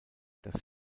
das